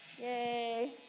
Yay